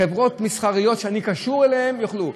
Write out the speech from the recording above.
חברות מסחריות שאני קשור אליהן יוכלו.